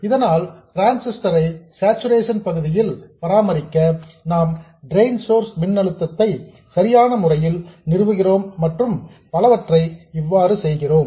அதனால் டிரான்சிஸ்டர் ஐ சேச்சுரேஷன் பகுதியில் பராமரிக்க நாம் டிரெயின் சோர்ஸ் மின்னழுத்தத்தை சரியான முறையில் நிறுவுகிறோம் மற்றும் பலவற்றை இவ்வாறுசெய்கிறோம்